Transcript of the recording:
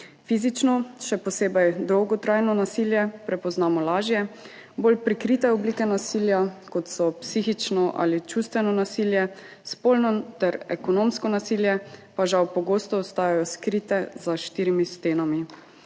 Fizično, še posebej dolgotrajno nasilje, prepoznamo lažje, bolj prikrite oblike nasilja, kot so psihično ali čustveno nasilje, spolno ter ekonomsko nasilje, pa žal pogosto ostajajo skrite za štirimi stenami.